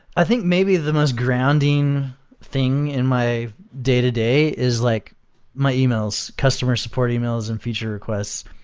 i think maybe the most grounding thing in my day-to-day is like my emails, customer support emails and future requests.